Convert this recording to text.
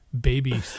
baby